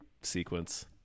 sequence